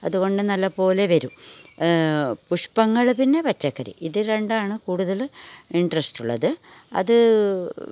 അതുകൊണ്ട് നല്ല പോലെ വരും പുഷ്പ്പങ്ങൾ പിന്നെ പച്ചക്കറി ഇത് രണ്ടാണ് കൂടുതൽ ഇൻട്രസ്റ്റ് ഉള്ളത് അത്